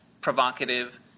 provocative